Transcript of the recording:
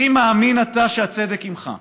אך אם מאמין אתה שהצדק עימך,